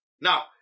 Now